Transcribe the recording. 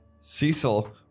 Cecil